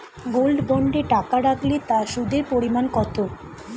Gold বন্ডে টাকা রাখলে তা সুদের পরিমাণ কত?